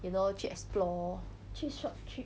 you know to explore